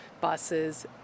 buses